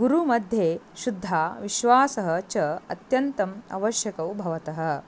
गुरुमध्ये शुद्धविश्वासः च अत्यन्तम् आवश्यकः भवतः